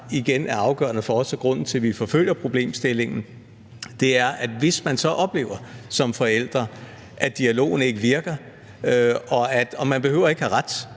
igen er afgørende for os og grunden til, at vi forfølger problemstillingen, er den situation, hvor man som forældre oplever, at dialogen ikke virker. Man behøver ikke at have ret